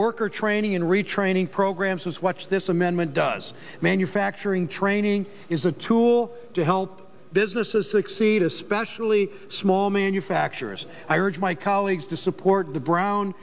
worker training and retraining programs watch this amendment does manufacturing training is a tool to help this is succeed especially small manufacturers i urge my colleagues to support the brown